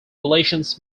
relations